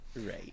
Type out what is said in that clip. right